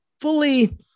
fully